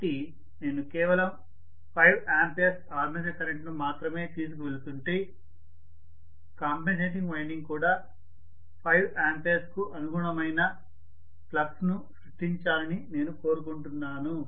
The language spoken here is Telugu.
కాబట్టి నేను కేవలం 5 ఆంపియర్ ఆర్మేచర్ కరెంట్ను మాత్రమే తీసుకువెళుతుంటే కాంపెన్సేటింగ్ వైండింగ్ కూడా 5 ఆంపియర్లకు అనుగుణమైన ఫ్లక్స్ను సృష్టించాలని నేను కోరుకుంటున్నాను